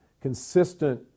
consistent